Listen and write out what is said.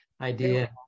idea